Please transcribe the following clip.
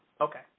okay